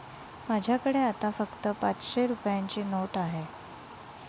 माझ्याकडे आता फक्त पाचशे रुपयांची नोट आहे